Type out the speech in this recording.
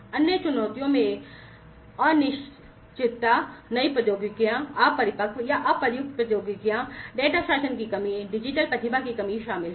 अन्य चुनौतियों में अनिश्चितता नई प्रौद्योगिकियों अपरिपक्व या अप्रयुक्त प्रौद्योगिकियों डेटा शासन की कमी डिजिटल प्रतिभा की कमी शामिल हैं